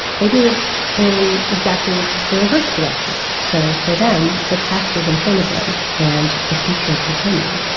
they do it in exactly the reverse direction. so for them the past is in front of them and the future is behind them.